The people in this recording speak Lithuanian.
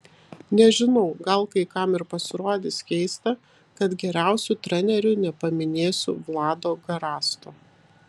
nežinau gal kai kam ir pasirodys keista kad geriausiu treneriu nepaminėsiu vlado garasto